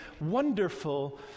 wonderful